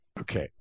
Okay